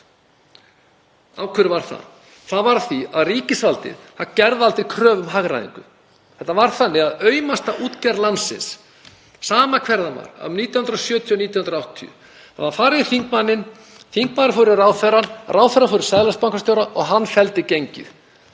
Af hverju var það? Það var af því að ríkisvaldið gerði aldrei kröfu um hagræðingu. Þetta var þannig að aumasta útgerð landsins, sama hver það var, árið 1970, 1980, það var farið í þingmanninn, þingmaður fór í ráðherrann, ráðherrann fór í seðlabankastjórann og hann felldi gengið.